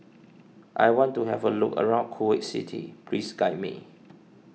I want to have a look around Kuwait City please guide me